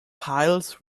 piles